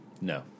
No